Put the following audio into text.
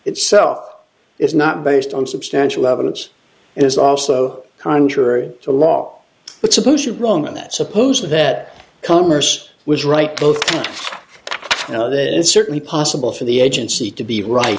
itself is not based on substantial evidence it is also contrary to law but suppose you are wrong and that supposes that commerce was right both you know that it's certainly possible for the agency to be right